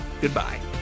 Goodbye